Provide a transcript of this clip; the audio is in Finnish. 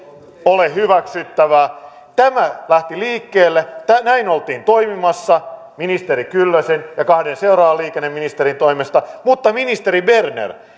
ole hyväksyttävää tämä lähti liikkeelle näin oltiin toimimassa ministeri kyllösen ja kahden seuraavan liikenneministerin toimesta mutta ministeri berner